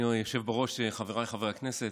אדוני היושב-ראש, חבריי חברי הכנסת,